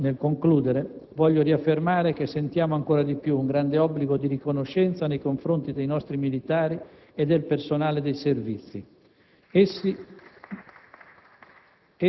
Oggi, nel concludere, voglio riaffermare che sentiamo ancor di più un grande obbligo di riconoscenza nei confronti dei nostri militari e del personale dei Servizi*.